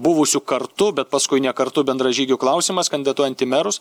buvusių kartu bet paskui ne kartu bendražygių klausimas kandidatuojant į merus